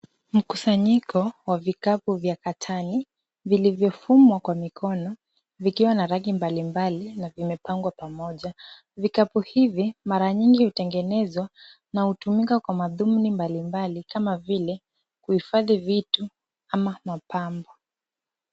Mkusanyiko wa vikapu vya katani, vilivyofumwa kwa mikono vikiwa na rangi mbalimbali, vimepangwa pamoja. Vikapu hivi mara nyingi hutengenezwa na hutumika kwa madhumuni mbalimbali kama vile, kuhifadhi vitu ama mapambo.